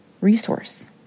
resource